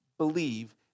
believe